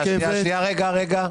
שנייה, רגע, רגע.